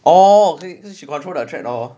orh he control the track lor